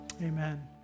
Amen